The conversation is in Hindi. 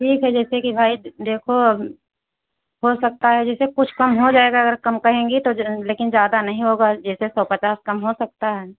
ठीक है जैसे कि भाई देखो अब हो सकता है जैसे कुछ कम हो जाएगा अगर कम करेंगे तो लेकिन ज़्यादा नहीं होगा जैसे सौ पचास कम हो सकता है